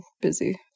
busy